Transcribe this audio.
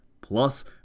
Plus